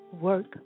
work